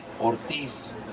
Ortiz